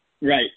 Right